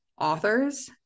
authors